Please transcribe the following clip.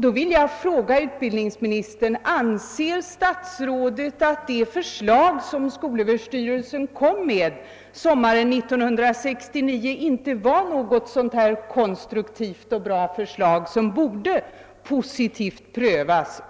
Då vill jag fråga utbildningsministern: Anser statsrådet att det förslag som skolöverstyrelsen kom med sommaren 1969 inte var något konstruktivt och bra förslag som borde prövas positivt